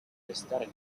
restare